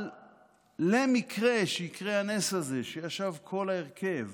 אבל למקרה שיקרה הנס הזה שישב כל ההרכב